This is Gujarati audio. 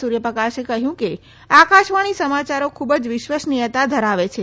સૂર્યપ્રકાશે કહ્યું કે આકાશવાણી સમાચારો ખુબ જ વિશ્વસનીયતા ધરાવે છે